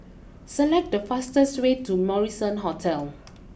select the fastest way to Marrison Hotel